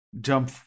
Jump